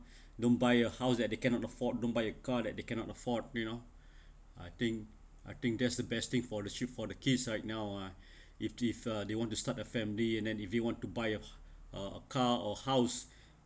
don't buy a house that they cannot afford don't buy a car that they cannot afford you know I think I think that's the best thing for the for the kids right now ah if this uh they want to start a family and and if you want to buy uh a car or house